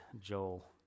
Joel